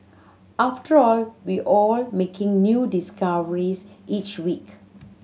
after all we all making new discoveries each week